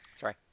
Sorry